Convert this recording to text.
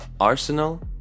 Arsenal